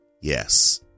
Yes